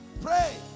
Pray